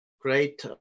Great